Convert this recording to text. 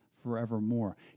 forevermore